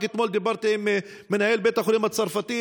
רק אתמול דיברתי עם מנהל בית החולים הצרפתי.